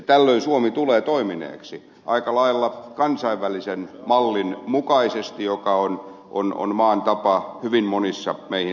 tällöin suomi tulee toimineeksi aika lailla kansainvälisen mallin mukaisesti joka on maan tapa hyvin monissa meihin rinnasteisissakin maissa